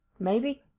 maybe,